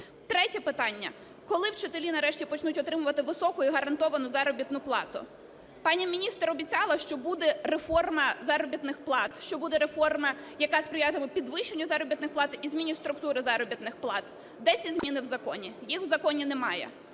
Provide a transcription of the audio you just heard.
Третє питання. Коли вчителі нарешті почнуть отримувати високу і гарантовану заробітну плату? Пані міністр обіцяла, що буде реформа заробітних плат, що буде реформа, яка сприятиме підвищенню заробітних плат і зміні структури заробітних плат. Де ці зміни в законі? Їх в законі немає.